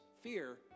fear